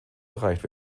erreicht